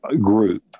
group